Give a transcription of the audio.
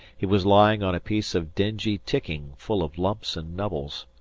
he was lying on a piece of dingy ticking full of lumps and nubbles.